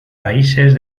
países